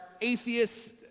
atheists